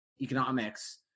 economics